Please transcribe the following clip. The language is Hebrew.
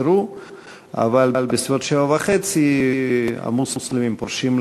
כ"א בתמוז התשע"ה / 6 8 ביולי 2015 / 12 חוברת י"ב ישיבה